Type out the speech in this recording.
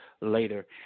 later